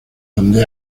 donde